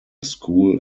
school